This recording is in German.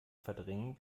verdrängen